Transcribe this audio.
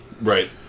Right